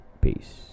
Peace